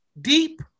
deep